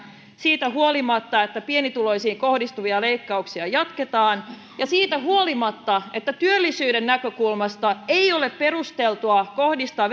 siitä huolimatta että pienituloisiin kohdistuvia leikkauksia jatketaan ja siitä huolimatta että työllisyyden näkökulmasta ei ole perusteltua kohdistaa